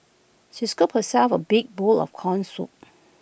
she scooped herself A big bowl of Corn Soup